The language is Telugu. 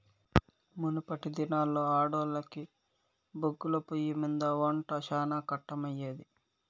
మునపటి దినాల్లో ఆడోల్లకి బొగ్గుల పొయ్యిమింద ఒంట శానా కట్టమయ్యేది